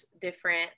different